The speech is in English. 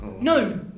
No